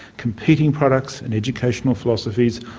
competing products and educational philosophies,